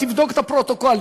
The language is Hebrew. תבדוק את הפרוטוקולים,